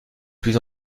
plus